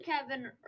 Kevin